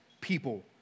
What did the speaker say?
people